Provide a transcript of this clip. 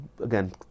again